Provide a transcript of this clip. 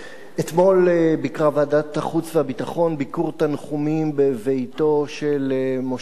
אתמול ביקרה ועדת החוץ והביטחון ביקור תנחומים בביתו של משה עמי,